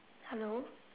hello